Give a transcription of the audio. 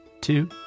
two